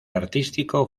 artístico